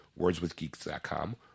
wordswithgeeks.com